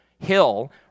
hill